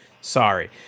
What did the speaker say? Sorry